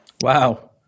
Wow